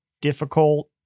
difficult